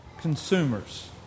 consumers